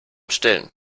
stillen